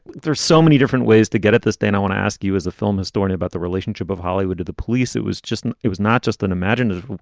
there's so many different ways to get at this day. and i want to ask you as a film historian about the relationship of hollywood to the police. it was just it was not just an imaginative,